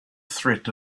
threat